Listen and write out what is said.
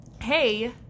Hey